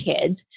kids